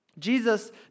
Jesus